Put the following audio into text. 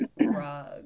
rug